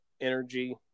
energy